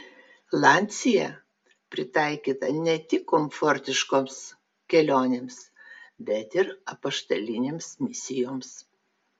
lancia pritaikyta ne tik komfortiškoms kelionėms bet ir apaštalinėms misijoms